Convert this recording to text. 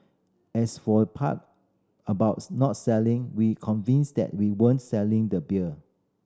as for part about not selling we convinced that we weren't selling the beer